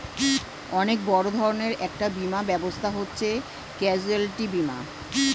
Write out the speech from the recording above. অনেক বড় ধরনের একটা বীমা ব্যবস্থা হচ্ছে ক্যাজুয়ালটি বীমা